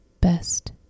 best